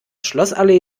schlossallee